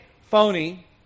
phony